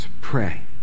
Pray